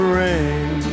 rain